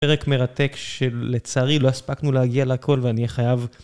פרק מרתק שלצערי לא הספקנו להגיע להכול ואני חייב